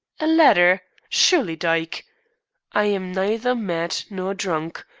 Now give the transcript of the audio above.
a letter. surely, dyke i am neither mad nor drunk.